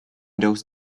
those